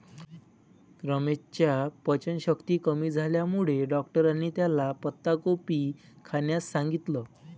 रमेशच्या पचनशक्ती कमी झाल्यामुळे डॉक्टरांनी त्याला पत्ताकोबी खाण्यास सांगितलं